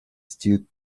stew